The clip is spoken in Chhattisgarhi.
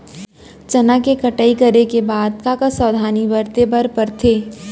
चना के कटाई करे के बाद का का सावधानी बरते बर परथे?